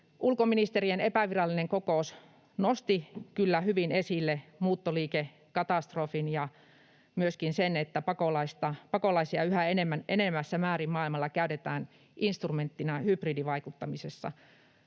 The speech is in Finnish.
Ulkoministerien epävirallinen kokous nosti kyllä hyvin esille muuttoliikekatastrofin ja myöskin sen, että pakolaisia yhä enenevässä määrin maailmalla käytetään instrumenttina hybridivaikuttamisessa.